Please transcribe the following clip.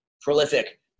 prolific